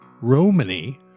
Romany